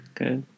Okay